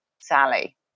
Sally